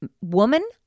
woman